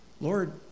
Lord